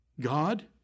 God